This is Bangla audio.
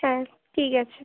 হ্যাঁ ঠিক আছে